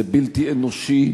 זה בלתי אנושי,